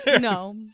No